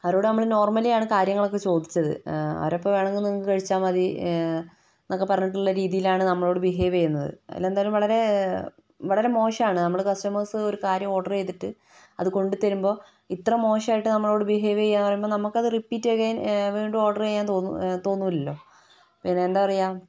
അവരോടു നമ്മൾ നോർമലിയാണ് കാര്യങ്ങളൊക്കെ ചോദിച്ചത് അവരപ്പോൾ വേണമെങ്കിൽ നിങ്ങൾ കഴിച്ചാൽ മതി എന്നൊക്കെ പറഞ്ഞിട്ടുള്ള രീതിയിലാണ് നമ്മളോട് ബിഹേവ് ചെയ്യുന്നത് അതിലെന്തായാലും വളരേ വളരെ മോശമാണ് നമ്മൾ കസ്റ്റമേഴ്സ് ഒരു കാര്യം ഓർഡർ ചെയ്തിട്ട് അത് കൊണ്ടുത്തരുമ്പോൾ ഇത്ര മോശമായിട്ട് നമ്മളോട് ബിഹേവ് ചെയ്യുകയെന്നു പറയുമ്പോൾ നമ്മൾക്കത് റിപ്പീറ്റ് എഗൈൻ വീണ്ടും ഓർഡർ ചെയ്യാൻ തോന്നുകയില്ലല്ലോ പിന്നെന്താ പറയുക